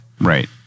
Right